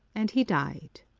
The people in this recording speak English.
and he died.